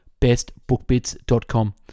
bestbookbits.com